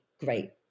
great